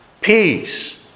peace